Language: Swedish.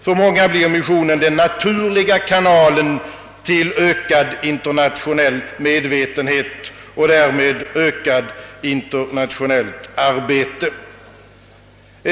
För många blir missionen den naturliga kanalen till ökad internationell medvetenhet och därmed ökat internationellt arbete.